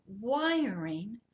wiring